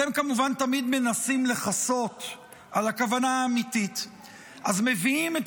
אתם כמובן תמיד מנסים לכסות על הכוונה האמיתית אז מביאים את